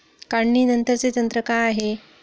काढणीनंतरचे तंत्र काय आहे?